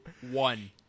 One